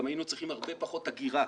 גם היינו צריכים הרבה פחות אגירה.